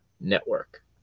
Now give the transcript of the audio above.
Network